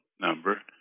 number